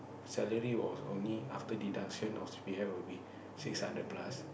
salary was only after deduction of c_p_f will be six hundred plus